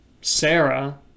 Sarah